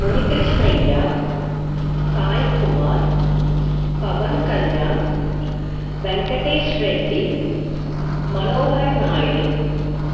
Muni Krishnaiah Sai Kumar Pawan Kalyan Venkatesh Reddy Manohar Naidu